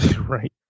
right